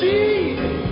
Jesus